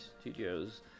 Studios